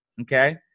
Okay